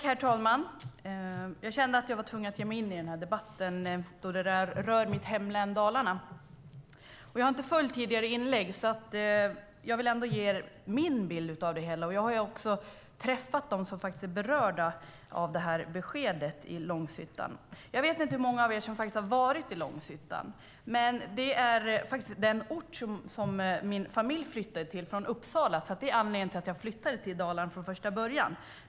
Herr talman! Jag kände mig tvungen att ge mig in i debatten, då den rör mitt hemlän Dalarna. Jag har inte följt tidigare inlägg, så jag vill ge min bild av det hela. Jag har träffat dem som är berörda av beskedet i Långshyttan. Jag vet inte hur många av er här som har varit i Långshyttan. Det är den ort som min familj flyttade till från Uppsala. Det är anledningen till att jag flyttade till Dalarna.